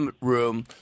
room